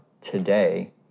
today